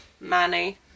Manny